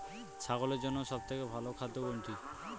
ছাগলের জন্য সব থেকে ভালো খাদ্য কোনটি?